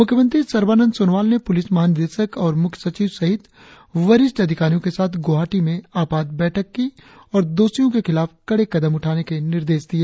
मुख्यमंत्री सर्बानंद सोनोवाल ने पुलिस महानिदेशक और मुख्य सचिव सहित वरिष्ठ अधिकारियों के साथ गुवाहाटी में आपात बैठक की और दोषियों के खिलाफ कड़े कदम उठाने के निर्देश दिए